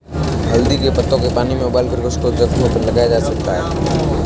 हल्दी के पत्तों के पानी में उबालकर उसको जख्म पर लगाया जा सकता है